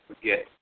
forget